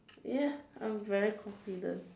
yes I'm very confident